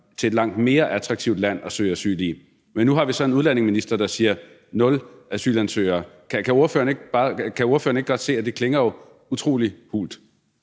til et langt mere attraktivt land at søge asyl i. Men nu har vi så en udlændinge- og integrationsminister, der siger: nul asylansøgere. Kan ordføreren ikke godt se, at det jo klinger utrolig hult?